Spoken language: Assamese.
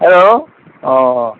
হেল্ল' অঁ